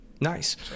Nice